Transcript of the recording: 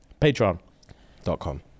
patreon.com